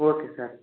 okay sir